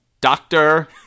Doctor